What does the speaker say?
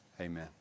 Amen